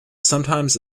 sometimes